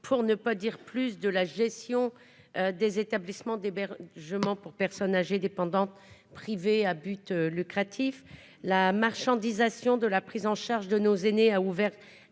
dysfonctionnement de la gestion des établissements d'hébergement pour personnes âgées dépendantes privés à but lucratif. La marchandisation de la prise en charge de nos aînés a ouvert